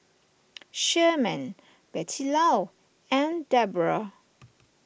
Sherman Bettylou and Debora